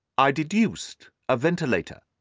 i deduced a ventilator.